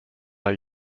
are